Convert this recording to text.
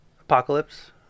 Apocalypse